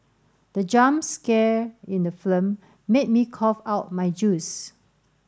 the jump scare in the film made me cough out my juice